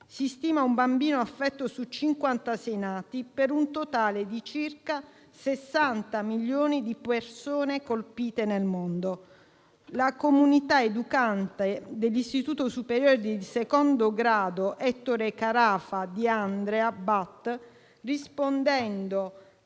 Si stima un bambino affetto su 56 nati per un totale di circa 60 milioni di persone colpite nel mondo. La comunità educante dell'Istituto superiore di secondo grado «Ettore Carafa» di Andria, in